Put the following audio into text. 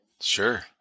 Sure